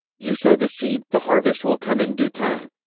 you sow the seed the harvest will come in due time.